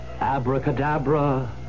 Abracadabra